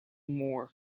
more